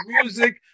music